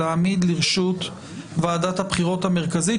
להעמיד לרשות ועדת הבחירות המרכזית,